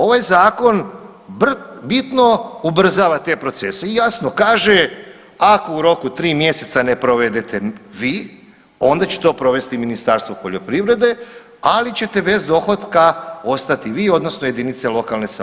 Ovaj zakon bitno ubrzava te procese i jasno kaže ako u roku 3 mjeseca ne provedete vi onda će to provesti Ministarstvo poljoprivrede, ali ćete bez dohotka ostati vi odnosno JLS.